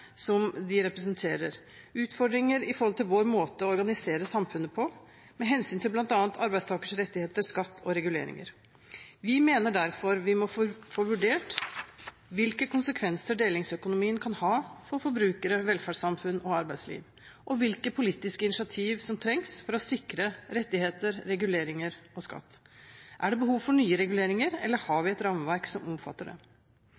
som de representerer – utfordringer opp mot vår måte å organisere samfunnet på med hensyn til bl.a. arbeidstakeres rettigheter, skatt og reguleringer. Vi mener derfor vi må få vurdert hvilke konsekvenser delingsøkonomien kan ha for forbrukere, velferdssamfunn og arbeidsliv, og hvilke politiske initiativ som trengs for å sikre rettigheter, reguleringer og skatt. Er det behov for nye reguleringer, eller har vi et rammeverk som omfatter det?